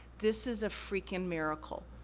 this is a freakin' miracle.